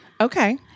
Okay